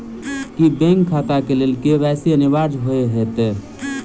की bank खाता केँ लेल के.वाई.सी अनिवार्य होइ हएत?